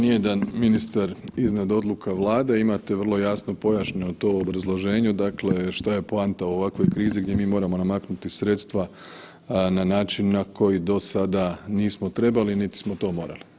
nijedan ministar iznad odluka Vlade, imate vrlo jasno pojašnjeno to u obrazloženju, dakle šta je poanta u ovakvoj krizi gdje mi moramo namaknuti sredstva na način na koji do sada nismo trebali niti smo to morali.